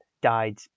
died